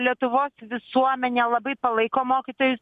lietuvos visuomenė labai palaiko mokytojus